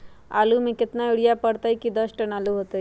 आलु म केतना यूरिया परतई की दस टन आलु होतई?